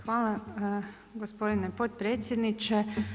Hvala gospodine podpredsjedniče.